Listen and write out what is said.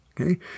Okay